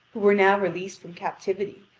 who were now released from captivity,